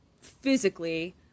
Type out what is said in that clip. physically